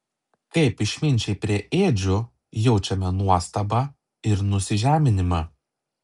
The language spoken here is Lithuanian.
kaip išminčiai prie ėdžių jaučiame nuostabą ir nusižeminimą